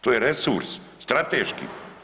To je resurs, strateški.